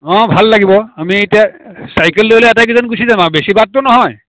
ভাল লাগিব আমি তেতিয়া চাইকেল লৈ লৈ আটাইকেইজন গুচি যাম আৰু বেছি বাটতো নহয়